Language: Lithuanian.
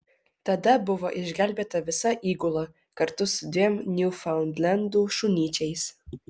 tada buvo išgelbėta visa įgula kartu su dviem niufaundlendų šunyčiais